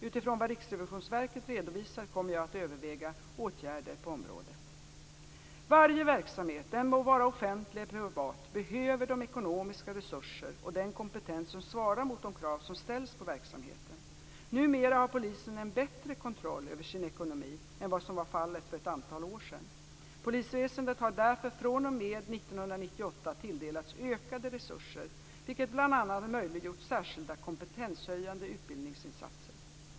Utifrån vad Riksrevisionsverket redovisar kommer jag att överväga åtgärder på området. Varje verksamhet, den må vara offentlig eller privat, behöver de ekonomiska resurser och den kompetens som svarar mot de krav som ställs på verksamheten. Numera har polisen en bättre kontroll över sin ekonomi än vad som var fallet för ett antal år sedan. Polisväsendet har därför fr.o.m. 1998 tilldelats ökade resurser, vilket bl.a. möjliggjort särskilda kompetenshöjande utbildningsinsatser.